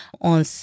on